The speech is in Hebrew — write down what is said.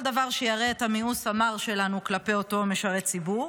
כל דבר שיראה את המיאוס המר שלנו כלפי אותו משרת ציבור.